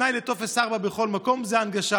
תנאי לטופס 4 בכל מקום זה הנגשה.